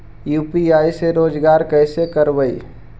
UPI से रोजगार कैसे करबय?